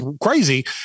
crazy